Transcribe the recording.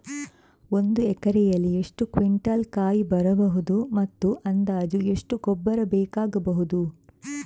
ಒಂದು ಎಕರೆಯಲ್ಲಿ ಎಷ್ಟು ಕ್ವಿಂಟಾಲ್ ಕಾಯಿ ಬರಬಹುದು ಮತ್ತು ಅಂದಾಜು ಎಷ್ಟು ಗೊಬ್ಬರ ಬೇಕಾಗಬಹುದು?